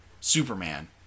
Superman